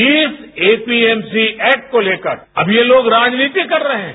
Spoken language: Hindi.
जिस एपीएमसी एक्ट को लेकर अब ये लोग राजनीति कर रहे हैं